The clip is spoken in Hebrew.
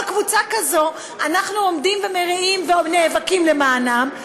כל קבוצה כזו אנחנו עומדים ומריעים ונאבקים למענם,